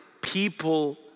people